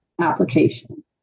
application